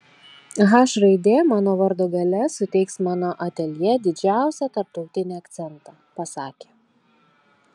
h raidė mano vardo gale suteiks mano ateljė didžiausią tarptautinį akcentą pasakė